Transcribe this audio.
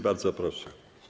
Bardzo proszę.